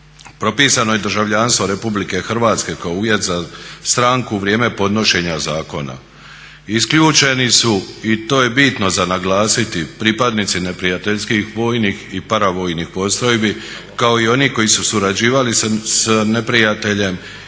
Propisano je državljanstvo RH kao uvjet za stranku u vrijeme podnošenja zakona. Isključeni su, i to je bitno za naglasiti, pripadnici neprijateljskih vojnih i paravojnih postrojbi kao i oni koji su surađivali s neprijateljem